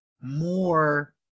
more